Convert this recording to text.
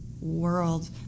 world